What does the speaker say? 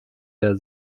der